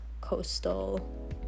coastal-